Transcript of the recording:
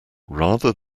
rather